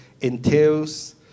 entails